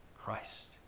Christ